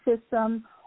system